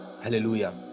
Hallelujah